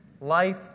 Life